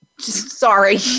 sorry